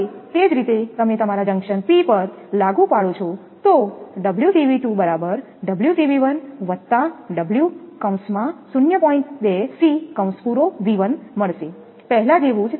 હવે તે જ રીતે તમે તમારા જંકશન P પર લાગુ પાડો છો પહેલા જેવું જ